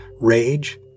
rage